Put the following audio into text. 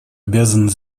обязано